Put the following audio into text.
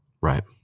Right